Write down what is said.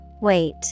Wait